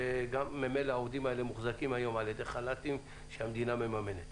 וממילא העובדים האלה מוחזקים היום על ידי חל"תים שהמדינה מממנת.